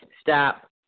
stop